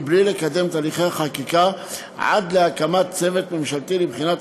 בלי לקדם את הליכי החקיקה עד להקמת צוות ממשלתי לבחינת